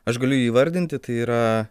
aš galiu jį vardinti tai yra